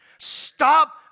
Stop